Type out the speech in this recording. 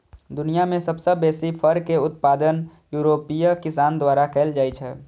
दुनिया मे सबसं बेसी फर के उत्पादन यूरोपीय किसान द्वारा कैल जाइ छै